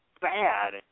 bad